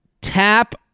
tap